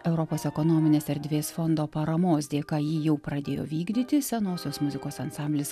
europos ekonominės erdvės fondo paramos dėka jį jau pradėjo vykdyti senosios muzikos ansamblis